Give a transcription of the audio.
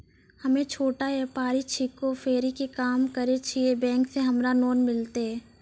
हम्मे छोटा व्यपारी छिकौं, फेरी के काम करे छियै, बैंक से हमरा लोन मिलतै?